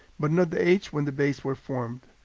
but not the age when the bays were formed.